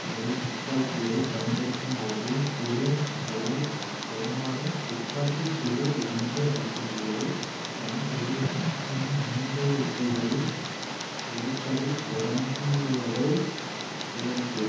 ஒரு துப்பாக்கியைப் பயன்படுத்தும் போது சுடும் செயல் பெரும்பாலும் துப்பாக்கி சுடு என்று அழைக்கப்படுகிறது எனில் இது ரசாயன உந்து விசைகளில் எரிப்பதை தொடங்குவதை உள்ளடக்கியது